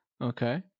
Okay